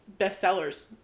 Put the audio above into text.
bestsellers